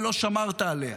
ולא שמרת עליה,